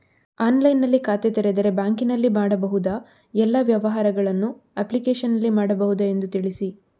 ಆನ್ಲೈನ್ನಲ್ಲಿ ಖಾತೆ ತೆರೆದರೆ ಬ್ಯಾಂಕಿನಲ್ಲಿ ಮಾಡಬಹುದಾ ಎಲ್ಲ ವ್ಯವಹಾರಗಳನ್ನು ಅಪ್ಲಿಕೇಶನ್ನಲ್ಲಿ ಮಾಡಬಹುದಾ ಎಂದು ತಿಳಿಸಿ?